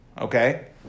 Okay